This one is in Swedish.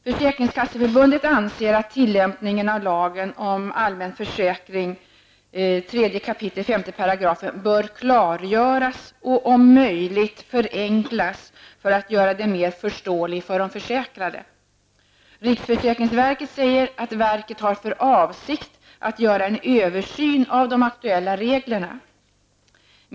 Försäkringskasseförbundet anser att tillämpningen av lagen om allmän försäkring 3 kap. 5 § bör klargöras och om möjligt förenklas för att bli mer förståelig för de försäkrade. Riksförsäkringsverket säger att verket har för avsikt att göra en översyn av de aktuella reglerna.